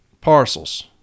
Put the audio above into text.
Parcels